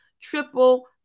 triple